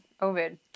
Ovid